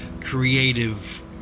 creative